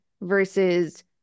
versus